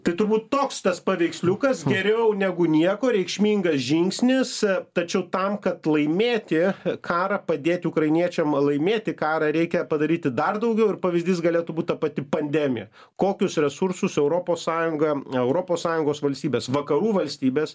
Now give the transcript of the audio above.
tai turbūt toks tas paveiksliukas geriau negu nieko reikšmingas žingsnis tačiau tam kad laimėti karą padėti ukrainiečiam laimėti karą reikia padaryti dar daugiau ir pavyzdys galėtų būt ta pati pandemija kokius resursus europos sąjunga europos sąjungos valstybės vakarų valstybės